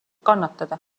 kannatada